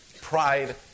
pride